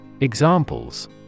Examples